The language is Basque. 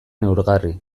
neurgarri